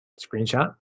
screenshot